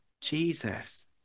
Jesus